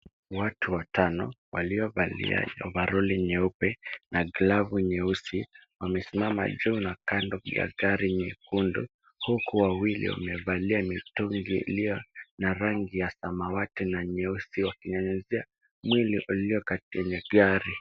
Watu watano, waliovalia ovaroli nyeupe na glavu nyeusi ,wamesimama juu na kando ya gari nyekundu, huku wawili wamevalia mitungi iliyo na rangi ya samawati na nyeusi, wakinyunyizia mwili ulio kwenye gari.